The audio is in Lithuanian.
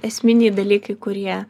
esminiai dalykai kurie